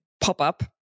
pop-up